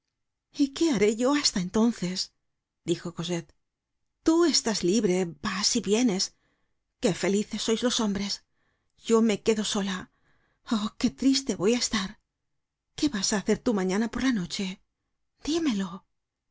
y qué haré yo hasta entonces dijo cosette tú estás libre vas y vienes qué felices sois los hombres yo me quedo sola oh que triste voy á estar qué vas á hacer tú mañana por la noche dímelo